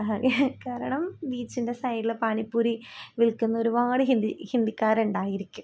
കാരണം ബീച്ചിൻറ്റെ സൈഡിൽ പാനിപൂരി വിൽക്കുന്ന ഒരുപാട് ഹിന്ദി ഹിന്ദിക്കാരുണ്ടായിരിക്കും